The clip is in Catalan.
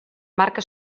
marca